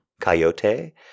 coyote